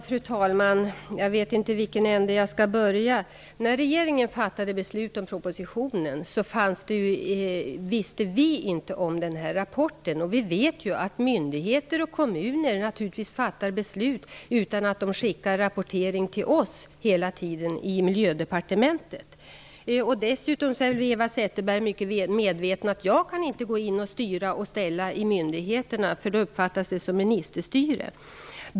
Fru talman! Jag vet inte i vilken ände jag skall börja. När regeringen fattade beslut om propositionen kände vi inte till den här rapporten. Vi vet att myndigheter och kommuner naturligtvis fattar beslut utan att hela tiden skicka rapportering till oss i Miljödepartementet. Dessutom vet Eva Zetterberg mycket väl att jag inte kan gå in och styra och ställa på myndighetsnivå, för då uppfattas det som ministerstyre.